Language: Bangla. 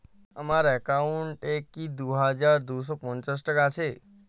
আমার অ্যাকাউন্ট এ কি দুই হাজার দুই শ পঞ্চাশ টাকা আছে?